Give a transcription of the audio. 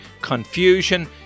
confusion